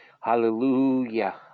Hallelujah